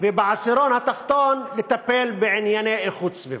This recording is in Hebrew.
ובעשירון התחתון, לטפל בענייני סביבה.